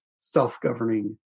self-governing